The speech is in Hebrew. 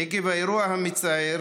עקב האירוע המצער